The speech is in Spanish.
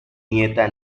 nieta